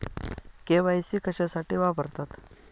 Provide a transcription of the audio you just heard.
KYC कशासाठी वापरतात?